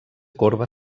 corba